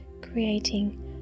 creating